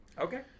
Okay